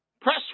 Press